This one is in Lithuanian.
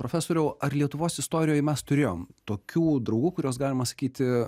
profesoriau ar lietuvos istorijoj mes turėjom tokių draugų kuriuos galima sakyti